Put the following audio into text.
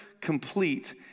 complete